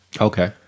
Okay